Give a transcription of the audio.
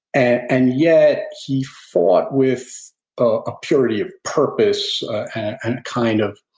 and yet he fought with a purity of purpose, and kind of